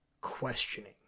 questioning